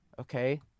okay